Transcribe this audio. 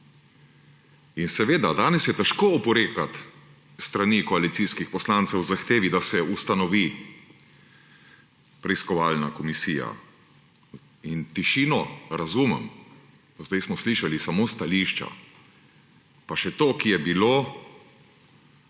je seveda težko oporekati s strani koalicijskih poslancev zahtevi, da se ustanovi preiskovalna komisija; in tišino razumem. Do zdaj smo slišali samo stališča, pa še ti, ki sta bili